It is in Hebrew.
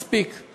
מספיק.